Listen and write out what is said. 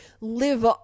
live